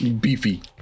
Beefy